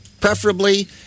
Preferably